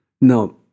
now